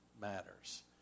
matters